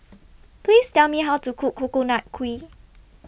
Please Tell Me How to Cook Coconut Kuih